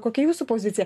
kokia jūsų pozicija